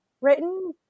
written